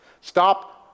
Stop